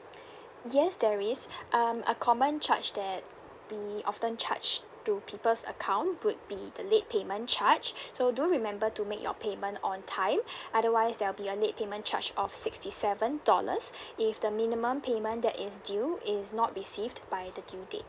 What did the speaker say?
yes there is um a common charge that we often charge to people's account would be the late payment charge so do remember to make your payment on time otherwise there will be a late payment charge of sixty seven dollars if the minimum payment that is due is not received by the due date